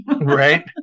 Right